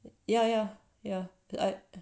ya ya ya